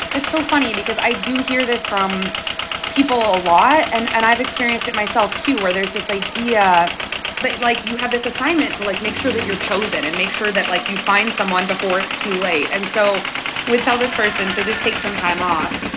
it's so funny because i do hear this from people a lot. and and i've experienced it myself, too, where there's this idea that, like, you have this assignment to, like, make sure that you're chosen and make sure that, like, you find someone before it's too late. and so i would tell this person to just take some time off.